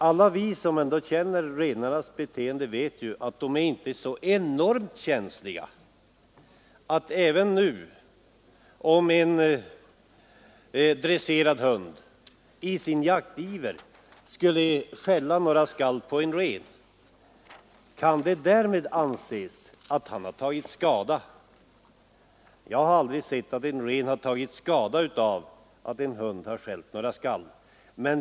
Alla vi som ändå känner renarnas beteende vet ju att de inte är så enormt känsliga. Om en dresserad hund i sin jaktiver skulle skälla ett tag på en ren, kan de därmed anses ha vållat skada? Jag har aldrig sett att en ren tagit skada av att en hund har skällt ett tag.